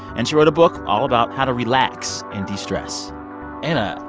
and she wrote a book all about how to relax and distress anna,